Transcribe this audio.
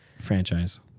Franchise